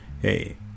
hey